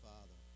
Father